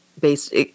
based